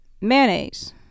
Mayonnaise